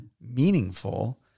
meaningful